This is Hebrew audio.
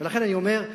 לכן אני אומר,